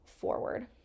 forward